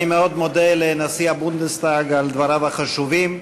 אני מאוד מודה לנשיא הבונדסטאג על דבריו החשובים.